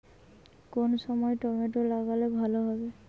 কোন সময় টমেটো লাগালে ভালো হবে?